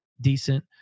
decent